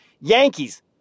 Yankees